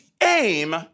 aim